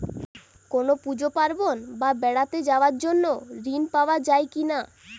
কোনো পুজো পার্বণ বা বেড়াতে যাওয়ার জন্য ঋণ পাওয়া যায় কিনা?